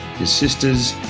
your sisters,